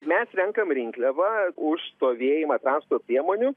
mes renkame rinkliavą už stovėjimą transporto priemonių